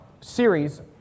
series